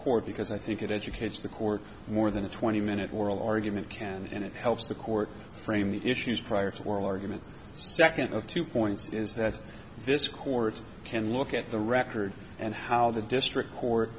court because i think it educates the court more than a twenty minute world argument can and it helps the court frame the issues prior to the oral argument second of two points is that this court can look at the record and how the district court